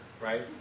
right